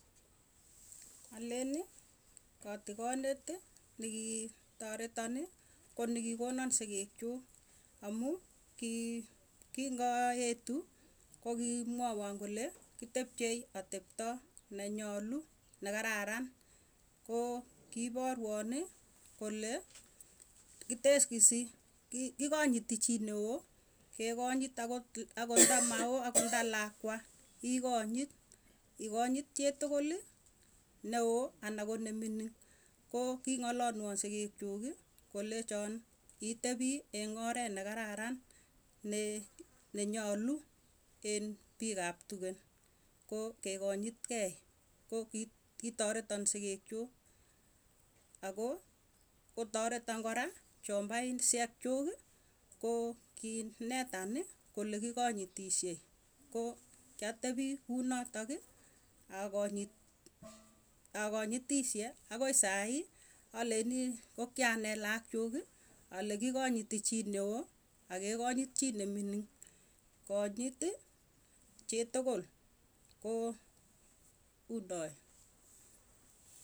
Aleni kotikaneti nikii taretoni ko nikikonon sikiik chuuk amuu kii kingaetu kokimwawon kole kitepchei atepto nenyolu. Nekararan ko kiiporwani kole kiteskisi ki kikonyiti, chii neo kekanyit akot akot ndamao akot nda lakwa. Ikonyit ikonyot chitukuli, neo ana ko nemining, koo king'alalwaa sigiikchuuki kolechon itepi en oret nekararan ne nenyalu en piik ap tugen. Koo kekanyitkei ko ki kitareton sigiikchuu akoo kotareton kora chombainsyek chuuki, koo kiinetani kole kikanyitishei. Ko kiatepii kunotoki akonyit akanyitishe akoi sai, aleinii kokianet laakchuki, ale kikanyiti chii neo akekanyit chii nemining. Konyiti chitukul koo unoe.